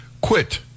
quit